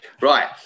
Right